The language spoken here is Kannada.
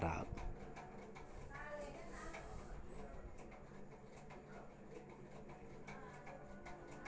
ಪ್ರಧಾನ ಮಂತ್ರಿ ಫಸಲ್ ಬಿಮಾ ಯೋಜನೆ ಇಂದ ರೈತರು ಬೆಳ್ದಿರೋ ಬೆಳೆಗೆ ಸರ್ಕಾರದೊರು ವಿಮೆ ಮಾಡ್ಸಿ ಕೊಡ್ತಾರ